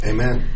Amen